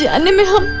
ah and urmila